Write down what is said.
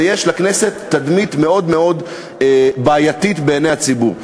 ויש לכנסת תדמית מאוד מאוד בעייתית בעיני הציבור.